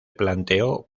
planteó